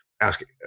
asking